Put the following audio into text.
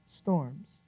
storms